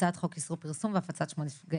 הצעת חוק איסור פרסום והפצת שמות נפגעים,